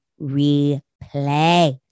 replay